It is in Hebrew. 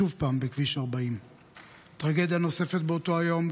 שוב בכביש 40. טרגדיה נוספת באותו יום,